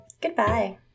Goodbye